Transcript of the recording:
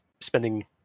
spending